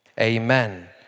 Amen